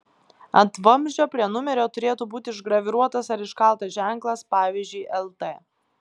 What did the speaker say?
ant vamzdžio prie numerio turėtų būti išgraviruotas ar iškaltas ženklas pavyzdžiui lt